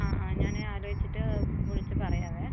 ആ ആ ഞാനേ ആലോചിച്ചിട്ട് വിളിച്ച് പറയാവേ